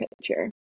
picture